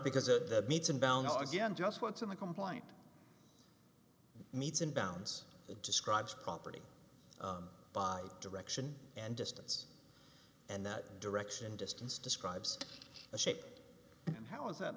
because it meets and down again just what's in the complaint meets and bounds it describes property by direction and distance and that direction distance describes a shape and how is that